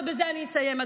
ובזה אני אסיים,